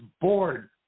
bored